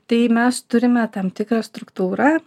tai mes turime tam tikrą struktūrą